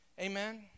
Amen